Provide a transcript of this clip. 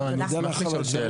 אלון, אני רוצה לשאול שאלה.